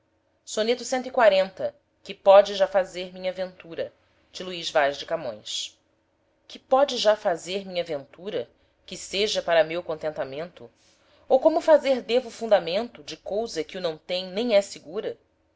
o que perdeu que pode já fazer minha ventura que seja para meu contentamento ou como fazer devo fundamento de cousa que o não tem nem é segura